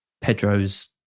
Pedro's